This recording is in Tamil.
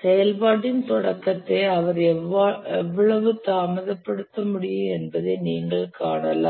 செயல்பாட்டின் தொடக்கத்தை அவர் எவ்வளவு தாமதப்படுத்த முடியும் என்பதை நீங்கள் காணலாம்